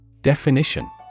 Definition